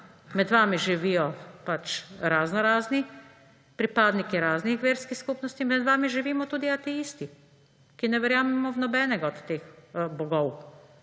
Med vami živijo pač raznorazni, pripadniki raznih verskih skupnosti, med vami živimo tudi ateisti, ki ne verjamemo v nobenega od teh bogov.